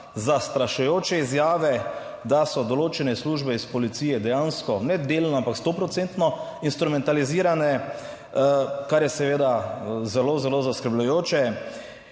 zastrašujoče izjave, da so določene službe iz policije dejansko, ne delno, ampak sto procentno instrumentalizirane, kar je seveda zelo, zelo zaskrbljujoče